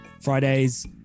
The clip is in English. fridays